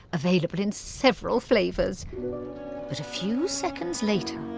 available in several flavours but a few seconds later,